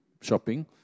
shopping